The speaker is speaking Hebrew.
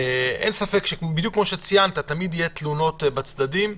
כמו שאמרת, אין ספק שתמיד יהיו תלונות בצדדים,